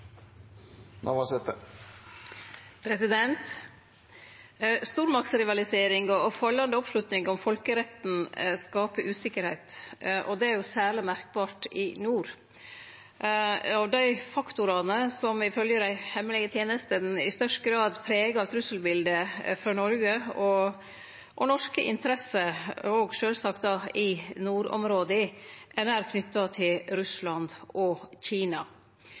og fallande oppslutning om folkeretten skapar usikkerheit, og det er særleg merkbart i nord. Dei faktorane som ifylgje dei hemmelege tenestene i størst grad pregar trusselbiletet for Noreg og norske interesser, òg sjølvsagt i nordområda, er nært knytte til Russland og Kina.